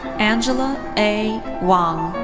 angela a wang.